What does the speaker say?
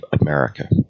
America